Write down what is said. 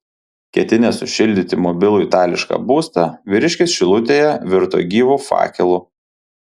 ketinęs sušildyti mobilų itališką būstą vyriškis šilutėje virto gyvu fakelu